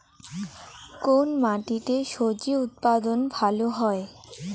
কোন মাটিতে স্বজি উৎপাদন ভালো হয়?